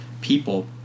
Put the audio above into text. people